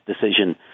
decision